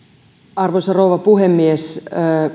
arvoisa rouva puhemies